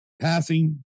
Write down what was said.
passing